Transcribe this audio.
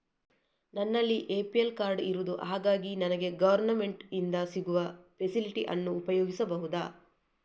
ನನ್ನಲ್ಲಿ APL card ಇರುದು ಹಾಗಾಗಿ ನನಗೆ ಗವರ್ನಮೆಂಟ್ ಇಂದ ಸಿಗುವ ಫೆಸಿಲಿಟಿ ಅನ್ನು ಉಪಯೋಗಿಸಬಹುದಾ?